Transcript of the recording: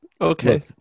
Okay